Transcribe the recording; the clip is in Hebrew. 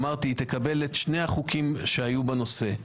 אמרתי, היא תקבל את שני החוקים שהיו בנושא.